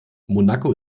monaco